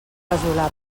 casolà